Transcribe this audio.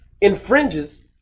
infringes